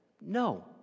no